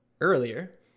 earlier